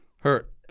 Hurt